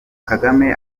kagame